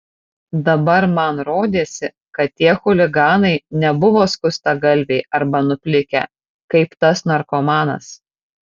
dabar man rodėsi kad tie chuliganai nebuvo skustagalviai arba nuplikę kaip tas narkomanas